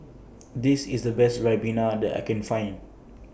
This IS The Best Ribena that I Can Find